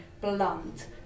blunt